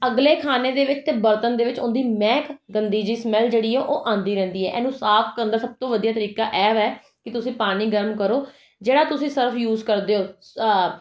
ਅਗਲੇ ਖਾਣੇ ਦੇ ਵਿੱਚ ਅਤੇ ਬਰਤਨ ਦੇ ਵਿੱਚ ਉਹਦੀ ਮਹਿਕ ਗੰਦੀ ਜਿਹੀ ਸਮੈਲ ਜਿਹੜੀ ਹੈ ਉਹ ਆਉਂਦੀ ਰਹਿੰਦੀ ਹੈ ਇਹਨੂੰ ਸਾਫ ਕਰਨ ਦਾ ਸਭ ਤੋਂ ਵਧੀਆ ਤਰੀਕਾ ਇਹ ਵੈ ਕਿ ਤੁਸੀਂ ਪਾਣੀ ਗਰਮ ਕਰੋ ਜਿਹੜਾ ਤੁਸੀਂ ਸਰਫ ਯੂਜ ਕਰਦੇ ਹੋ